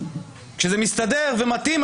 כשזה מסתדר ומתאים,